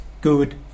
good